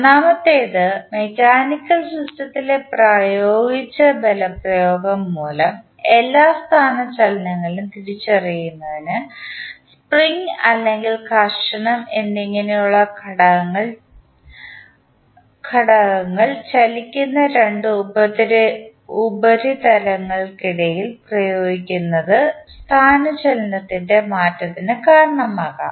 ഒന്നാമത്തേത് മെക്കാനിക്കൽ സിസ്റ്റത്തിലെ പ്രയോഗിച്ച ബലപ്രയോഗം മൂലം എല്ലാ സ്ഥാനചലനങ്ങളും തിരിച്ചറിയുന്നത് സ്പ്രിംഗ് അല്ലെങ്കിൽ ഘർഷണം എന്നിങ്ങനെയുള്ള ഘടകങ്ങൾ ചലിക്കുന്ന രണ്ട് ഉപരിതലങ്ങൾക്കിടയിൽ പ്രയോഗിക്കുന്ന ത് സ്ഥാന ചലനത്തിൻറെ മാറ്റത്തിന് കാരണമാകും